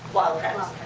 wild kratts,